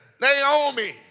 Naomi